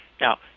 Now